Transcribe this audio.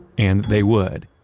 and they would.